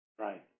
Right